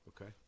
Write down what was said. Okay